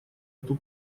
эту